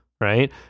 right